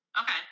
Okay